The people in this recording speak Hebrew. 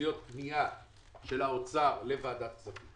הייתה להיות פנייה של משרד האוצר לוועדת כספים